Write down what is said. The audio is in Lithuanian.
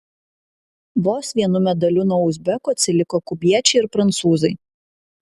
vos vienu medaliu nuo uzbekų atsiliko kubiečiai ir prancūzai